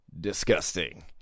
disgusting